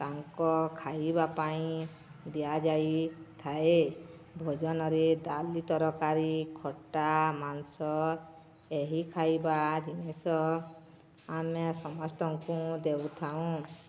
ତାଙ୍କ ଖାଇବା ପାଇଁ ଦିଆଯାଇଥାଏ ଭୋଜନରେ ଡାଲି ତରକାରୀ ଖଟା ମାଂସ ଏହି ଖାଇବା ଜିନିଷ ଆମେ ସମସ୍ତଙ୍କୁ ଦେଉଥାଉଁ